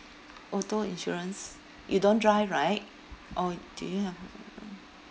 auto insurance you don't drive right or do you have